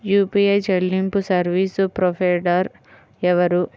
UPI చెల్లింపు service provider ఎవరు?